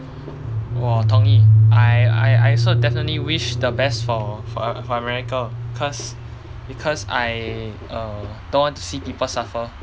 我同意 I I I also definitely wish the best for for america cause because I err don't want to see people suffer